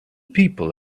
people